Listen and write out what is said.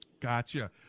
gotcha